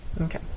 Okay